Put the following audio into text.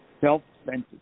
self-centered